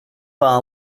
bar